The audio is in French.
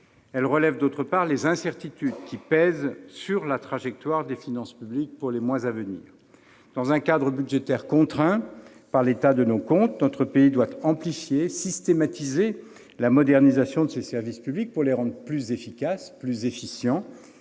elle relève, d'autre part, les incertitudes qui pèsent sur la trajectoire des finances publiques pour les mois à venir. Dans un cadre budgétaire contraint par l'état de nos comptes, notre pays doit amplifier et systématiser la modernisation de ses services publics pour les rendre plus efficaces et plus efficients.